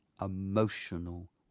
emotional